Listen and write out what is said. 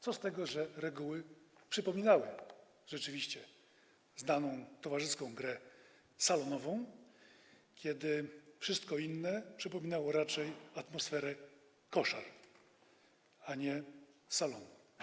Co z tego, że reguły przypominały rzeczywiście znaną towarzyską grę salonową, kiedy wszystko inne raczej przypominało atmosferę koszar, a nie salonu.